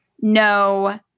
no